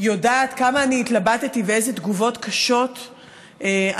יודעת כמה אני התלבטתי ואיזה תגובות קשות אני